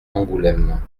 angoulême